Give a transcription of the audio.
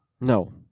No